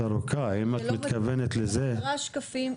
ארוכה, עשרה שקפים.